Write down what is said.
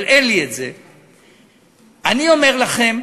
אבל אין לי, אני אומר לכם,